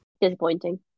disappointing